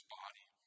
body